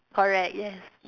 correct yes